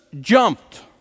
jumped